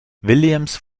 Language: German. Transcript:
williams